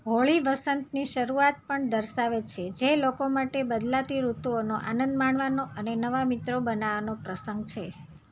હોળી વસંતની શરૂઆત પણ દર્શાવે છે જે લોકો માટે બદલાતી ઋતુઓનો આનંદ માણવાનો અને નવા મિત્રો બનાવવાનો પ્રસંગ છે